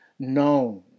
known